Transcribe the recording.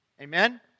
Amen